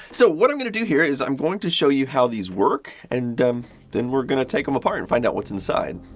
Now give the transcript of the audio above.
so, what i'm going to do here is i'm going to show you how these work, and then we're going to take them apart and find out what's inside.